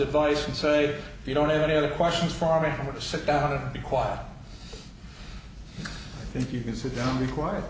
advice and say you don't have any other questions for me to sit down and be quiet i think you can sit down be quiet